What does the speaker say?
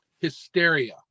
hysteria